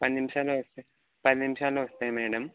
పది నిమిషాలలో వస్తాయి పది నిమిషాలలో వస్తాయి మేడమ్